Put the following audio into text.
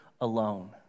alone